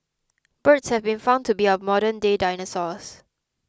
birds have been found to be our modern day dinosaurs